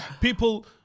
people